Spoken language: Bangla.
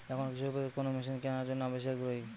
এখন কৃষকদের কোন মেশিন কেনার জন্য বেশি আগ্রহী?